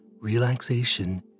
relaxation